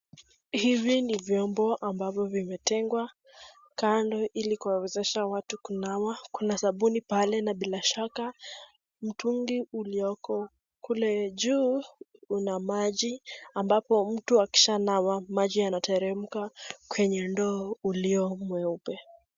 Hivi ni vyombo ambavyo vimetengwa kando ili kuwezesha watu kunawa na sabuni pale na bila shaka mtungi ulioko kule juu una maji ambapo mtu akishanawa maji yanateremka kwenye ndoo ulio mweupe.